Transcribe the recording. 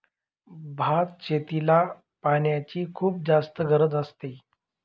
भात शेतीला पाण्याची खुप जास्त गरज असते